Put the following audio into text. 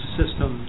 system